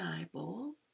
eyeball